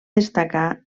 destacar